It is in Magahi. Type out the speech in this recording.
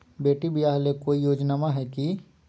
बेटी ब्याह ले कोई योजनमा हय की?